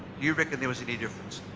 you reckon there was any difference?